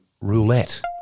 Roulette